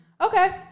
Okay